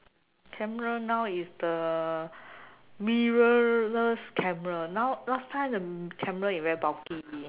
camera now is the mirrorless camera now last time the camera is very bulky